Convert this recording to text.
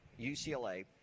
UCLA